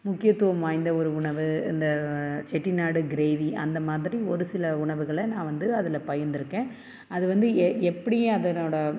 முக்கியத்துவம் வாய்ந்த ஒரு உணவு இந்த செட்டிநாடு கிரேவி அந்த மாதிரி ஒரு சில உணவுகளை நான் வந்து அதில் பகிர்ந்திருக்கேன் அது வந்து எ எப்படி அதனோட